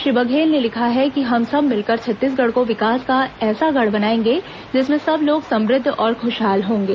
श्री बघेल ने लिखा है कि हम सब मिलकर छत्तीसगढ़ को विकास का ऐसा गढ़ बनाएंगे जिसमें सब लोग समुद्व और खुशहाल होंगे